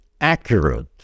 accurate